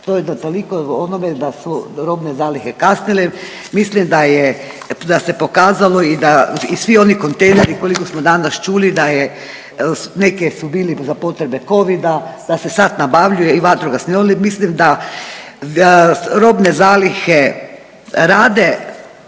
To je da toliko o onome da su robne zalihe kasnile, mislim da se pokazalo i da i svi oni kontejneri koliko smo danas čuli da je neke su bili za potrebe covida, da se sad nabavljuje i vatrogasni … mislim da robne zalihe rade